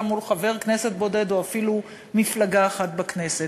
מול חבר כנסת יחיד או אפילו מפלגה אחת בכנסת.